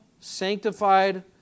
sanctified